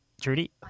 Trudy